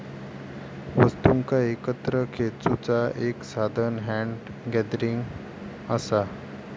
वस्तुंका एकत्र खेचुचा एक साधान हॅन्ड गॅदरिंग असा